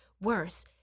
worse